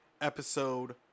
Episode